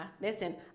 Listen